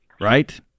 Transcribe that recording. right